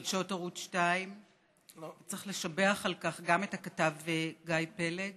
בחדשות ערוץ 2. צריך לשבח על כך גם את הכתב גיא פלג